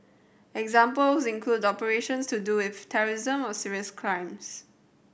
example include operations to do with terrorism or serious crimes